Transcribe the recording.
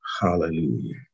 Hallelujah